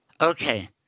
Okay